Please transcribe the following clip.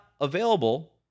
available